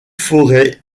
forêt